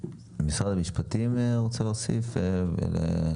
משרד המשפטים, בבקשה